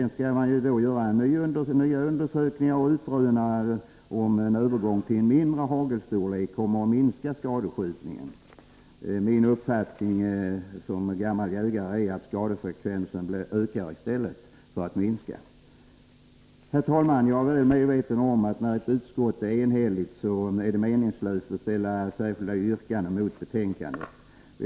Nu skall man göra nya undersökningar för att utröna om en övergång till mindre hagelstorlek kommer att minska skadskjutningen. Min uppfattning som gammal jägare är att skadefrekvensen bara ökar i stället för att minska. Herr talman! Jag är väl medveten om att när ett utskott är enhälligt, är det meningslöst att ställa särskilda yrkanden mot utskottets hemställan.